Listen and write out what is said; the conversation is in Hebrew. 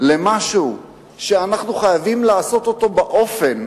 למשהו שאנחנו חייבים לעשות אותו באופן,